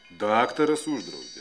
daktaras uždraudė